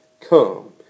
come